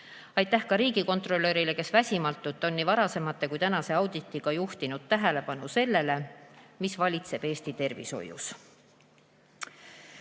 Aitäh ka riigikontrolörile, kes väsimatult on nii varasemate kui ka tänase auditiga juhtinud tähelepanu sellele, mis valitseb Eesti